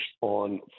on